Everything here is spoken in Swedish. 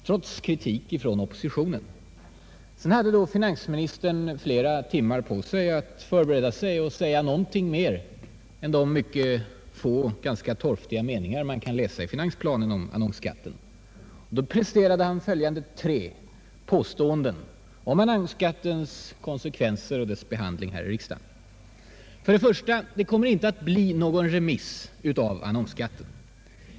Sedan har finansministern haft flera timmar till sitt förfogande för att förbereda sig att säga något mer än de ganska torftiga meningar om annonsskatten som man kan läsa i finansplanen. Han presterade följande tre påståenden om annonsskatten: För det första: Det kommer inte att bli någon remiss av annonsskatten.